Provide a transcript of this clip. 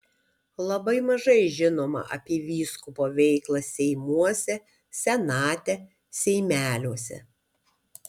labai mažai žinoma apie vyskupo veiklą seimuose senate seimeliuose